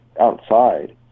outside